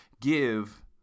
give